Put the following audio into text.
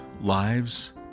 lives